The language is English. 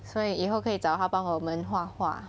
所以以后可以找她帮我们画画